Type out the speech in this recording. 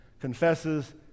confesses